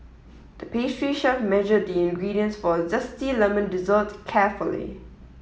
the pastry chef measured the ingredients for a zesty lemon dessert carefully